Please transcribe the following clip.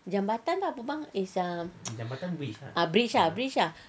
jambatan tu apa bang is a bridge ah bridge ah